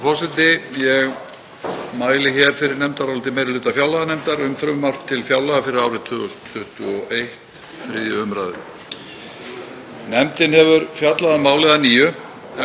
forseti. Ég mæli hér fyrir nefndaráliti meiri hluta fjárlaganefndar um frumvarp til fjárlaga fyrir árið 2021, 3. umr. Nefndin hefur fjallað um málið að nýju